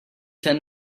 ten